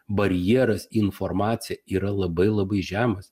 barjeras informacija yra labai labai žemas